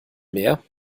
mehr